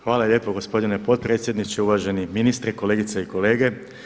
Hvala lijepo gospodine potpredsjedniče, uvaženi ministre, kolegice i kolege.